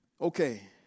Okay